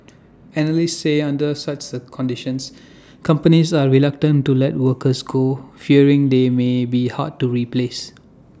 analysts say under such conditions companies are reluctant to let workers go fearing they may be hard to replace